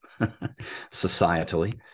societally